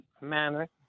manner